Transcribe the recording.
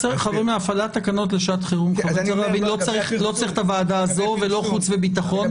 להפעלת תקנות לשעת חירום לא צריך את הוועדה הזאת ולא חוץ וביטחון.